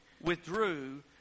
withdrew